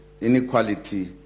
inequality